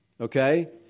Okay